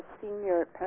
senior